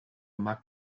mag